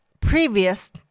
previous